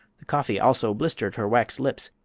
the coffee also blistered her wax lips,